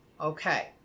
Okay